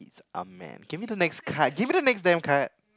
a man give him the next card give him the next damn card